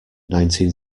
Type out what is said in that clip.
nineteen